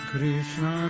Krishna